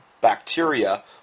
bacteria